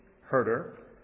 herder